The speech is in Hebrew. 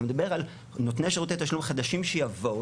אתה מדבר על נותני שירותי תשלום חדשים שיבואו